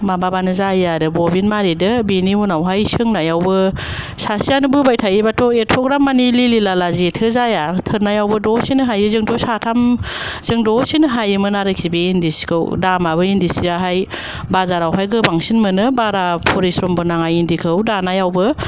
माबाबानो जायो आरो बबिन मारिदो बिनि उनावहाय सोंनायावबो सासेआनो बोबाय थायोबाथ' एथ'ग्राममानि लिलिलाला जेथो जाया थोरनायावबो दसेनो हायो जोंथ' साथाम जों दसेनो हायोमोन आरोखि बे इन्दि सिखौ दामाबो इन्दि सियाहाय बाजारावहाय गोबांसिन मोनो बारा फरिस्रमबो नाङा इन्दिखौ दानायावबो